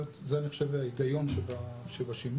זה אני חושב ההיגיון שבשימור.